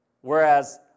Whereas